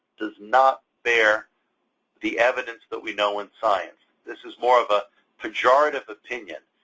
does not bear the evidence that we know in science. this is more of a pejorative opinion.